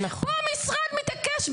פה המשרד מתעקש.